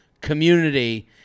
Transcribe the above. community